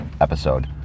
episode